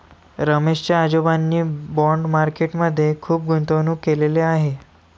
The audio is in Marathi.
रमेश च्या आजोबांनी बाँड मार्केट मध्ये खुप गुंतवणूक केलेले आहे